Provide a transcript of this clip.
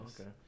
Okay